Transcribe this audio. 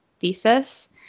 thesis